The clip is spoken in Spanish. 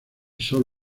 solo